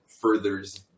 furthers